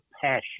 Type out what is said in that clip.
passion